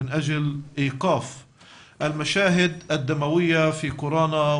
כמגישת חדשות אני יכולה לספר לך שדיברנו רבות